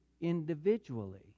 individually